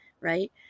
right